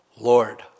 Lord